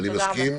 אני מסכים.